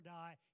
die